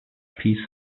piece